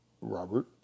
Robert